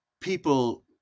People